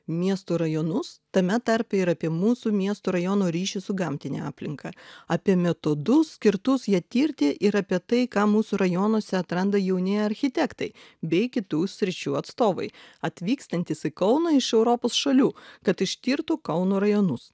miesto rajonus tame tarpe ir apie mūsų miesto rajono ryšį su gamtine aplinka apie metodus skirtus ją tirti ir apie tai ką mūsų rajonuose atranda jauni architektai bei kitų sričių atstovai atvykstantys į kauną iš europos šalių kad ištirtų kauno rajonus